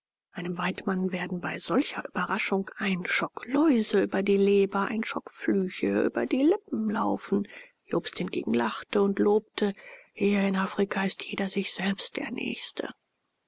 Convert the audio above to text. einem weidmann werden bei solcher überraschung ein schock läuse über die leber ein schock flüche über die lippen laufen jobst hingegen lachte und lobte hier in afrika ist jeder sich selbst der nächste